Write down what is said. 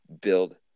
build